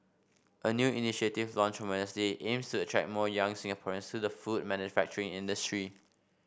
a new initiative launched on Wednesday aims to attract more young Singaporeans to the food manufacturing industry